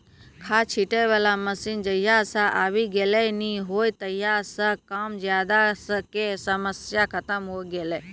खाद छीटै वाला मशीन जहिया सॅ आबी गेलै नी हो तहिया सॅ कम ज्यादा के समस्या खतम होय गेलै